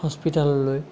হস্পিতাললৈ